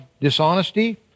dishonesty